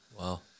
Wow